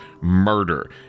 murder